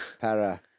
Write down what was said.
Para